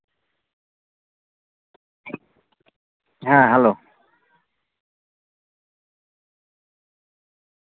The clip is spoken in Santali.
ᱦᱮᱸ ᱦᱮᱞᱳ